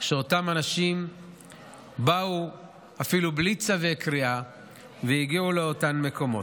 שאותם אנשים באו אפילו בלי צווי קריאה והגיעו לאותם מקומות.